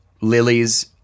lilies